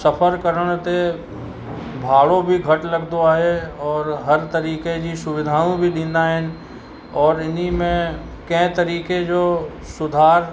सफ़र करण ते भाड़ो बि घटि लॻदो आहे और हर तरीक़े जी सुविधाऊं बि ॾींदा आहिनि और इनमें कंहिं तरीक़े जो सुधार